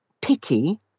picky